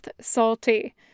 salty